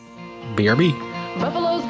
BRB